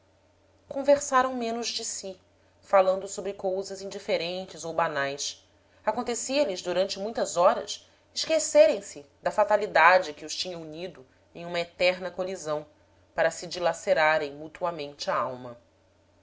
conversaram menos de si falando sobre cousas indiferentes ou banais acontecia lhes durante muitas horas esquecerem se da fatalidade que os tinha unido em uma eterna colisão para se dilacerarem mutuamente a alma